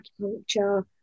acupuncture